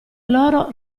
loro